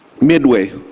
Midway